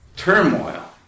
turmoil